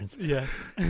Yes